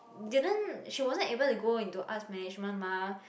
didn't she wasn't able to go into arts management mah